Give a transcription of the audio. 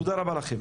תודה רבה לכם.